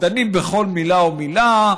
דנים בכל מילה ומילה,